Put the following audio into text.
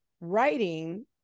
writing